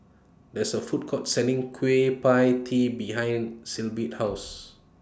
There's A Food Court Selling Kueh PIE Tee behind Sibyl's House